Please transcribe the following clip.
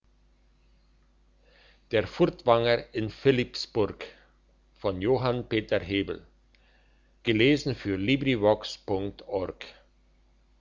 der furtwanger in